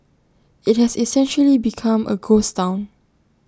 IT has essentially become A ghost Town